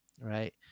right